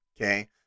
okay